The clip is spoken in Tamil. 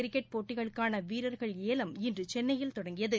கிரிக்கெட் போட்டிகளுக்கானவீரர்கள் ஏலம் இன்றுசென்னையில் தொடங்கியது